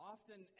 Often